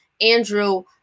Andrew